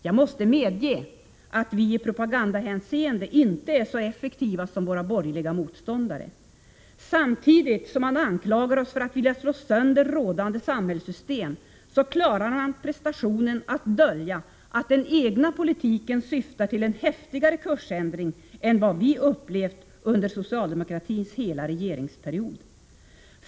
Jag måste medge att vi i propagandahänseende inte är så effektiva som våra borgerliga motståndare. Samtidigt som man anklagar oss för att vilja slå sönder rådande samhällssystem klarar man prestationen att dölja att den egna politiken syftar till en kraftigare kursändring än vad vi upplevt under socialdemokratins hela regeringsperiod.